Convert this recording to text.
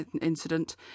incident